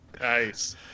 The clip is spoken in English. Nice